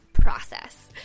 process